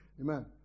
Amen